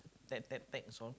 tap tap text is on